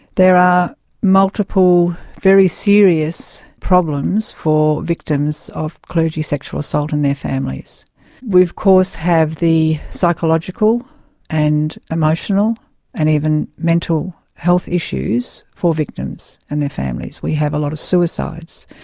there are multiple very serious problems for victims of clergy sexual assault and their families course have the psychological and emotional and even mental health issues for victims and their families. we have a lot of suicides.